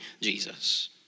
Jesus